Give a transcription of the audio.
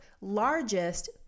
largest